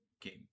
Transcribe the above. game